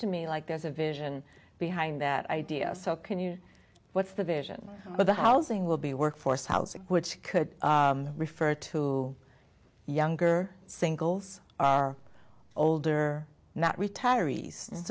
to me like there's a vision be high that idea so can you what's the vision for the housing will be workforce housing which could refer to younger singles are older not retirees